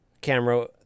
camera